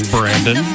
Brandon